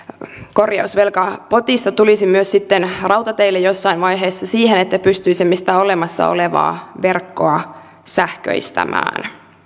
korjausvelkapotista tulisi myös sitten rautateille jossain vaiheessa siihen että pystyisimme sitä olemassa olevaa verkkoa sähköistämään